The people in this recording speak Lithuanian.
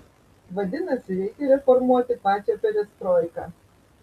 vadinasi reikia reformuoti pačią perestroiką